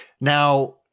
Now